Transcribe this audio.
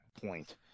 point